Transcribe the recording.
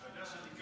אתה יודע שריככנו,